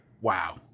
wow